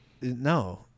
no